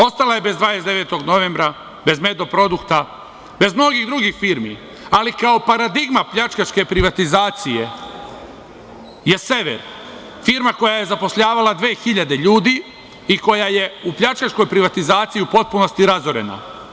Ostala je bez „29. novembra“, bez „Medoprodukta“, bez mnogih drugih firmi, ali kao paradigma pljačkaške privatizacije je „Sever“, firma koja je zapošljavala 2.000 ljudi i koja je u pljačkaškoj privatizaciji u potpunosti razorena.